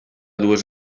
dues